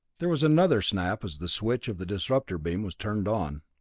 there was another snap as the switch of the disrupter beam was turned on.